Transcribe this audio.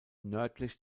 nördlich